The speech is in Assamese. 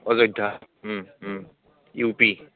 Ayodhya U P